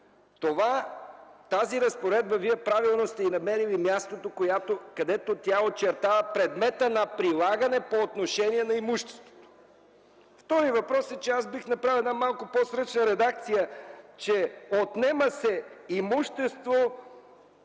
На тази разпоредба правилно сте й намерили мястото, където тя очертава предмета на прилагане по отношение на имуществото. Втори въпрос е, че аз бих направил една малко по-сръчна редакция, че „не се отнема имущество,